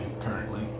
currently